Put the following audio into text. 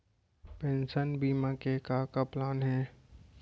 Pension बीमा के का का प्लान हे?